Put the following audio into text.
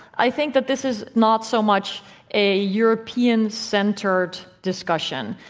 i think that this is not so much a european-centered discussion.